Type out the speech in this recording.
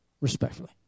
respectfully